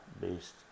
based